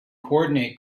coordinate